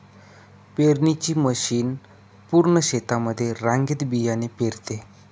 पेरणीची मशीन पूर्ण शेतामध्ये रांगेत बियाणे पेरते